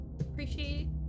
Appreciate